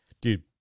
dude